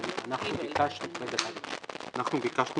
שנקבע בהסכם עם אותה מדינה זרה, כמו כן תציין